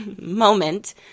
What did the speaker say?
moment